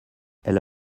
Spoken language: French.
elle